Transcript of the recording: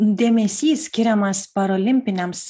dėmesys skiriamas parolimpiniams